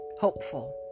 hopeful